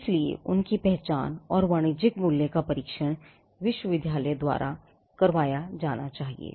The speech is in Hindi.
इसलिए उनकी पहचान और वाणिज्यिक मूल्य का परीक्षण विश्वविद्यालय द्वारा किया जाना चाहिए